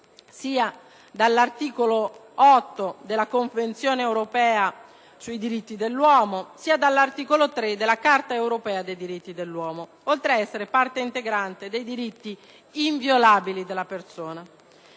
sia dall'articolo 8 della Convenzione europea sui diritti dell'uomo sia dall'articolo 3 della Carta europea dei diritti dell'uomo; è inoltre parte integrante dei diritti inviolabili della persona,